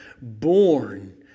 born